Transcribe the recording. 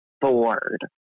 bored